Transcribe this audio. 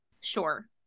Sure